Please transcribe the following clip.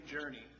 journey